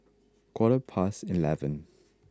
quarter past eleven